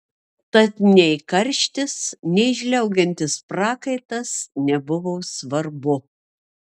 tad nei karštis nei žliaugiantis prakaitas nebuvo svarbu